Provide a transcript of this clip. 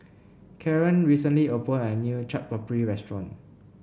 Karren recently opened a new Chaat Papri restaurant